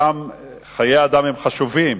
חיי אדם הם חשובים,